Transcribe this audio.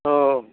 अ